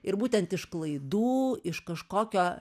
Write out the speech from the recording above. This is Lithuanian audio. ir būtent iš klaidų iš kažkokio